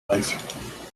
life